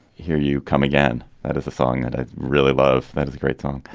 here you come again. that is a song that i really love. that is a great song.